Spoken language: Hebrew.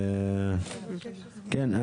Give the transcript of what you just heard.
כן.